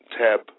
Tab